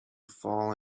fall